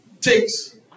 takes